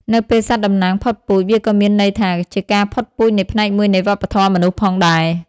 នៅពេលសត្វតំណាងផុតពូជ វាក៏មានន័យថាជាការផុតពូជនៃផ្នែកមួយនៃវប្បធម៌មនុស្សផងដែរ។